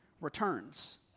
returns